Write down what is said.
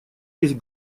есть